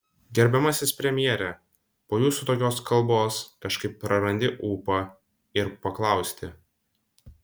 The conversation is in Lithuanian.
gerbiamasis premjere po jūsų tokios kalbos kažkaip prarandi ūpą ir paklausti